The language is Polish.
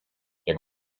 jak